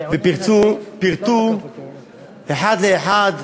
פורטו אחד לאחד,